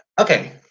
okay